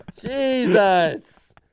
Jesus